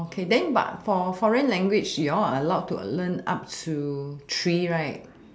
okay then but for foreign language you all are allowed to learn up to three right